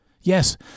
Yes